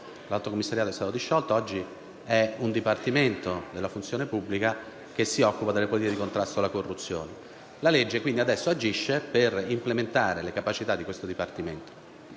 l'Alto commissariato - che è stata sciolta e oggi è un Dipartimento della funzione pubblica ad occuparsi delle politiche di contrasto alla corruzione. La legge agisce dunque per implementare le capacità di questo Dipartimento: